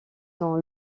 dans